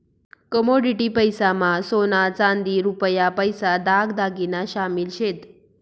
commodity पैसा मा सोना चांदी रुपया पैसा दाग दागिना शामिल शेत